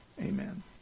Amen